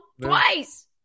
twice